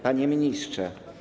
Panie Ministrze!